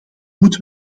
moeten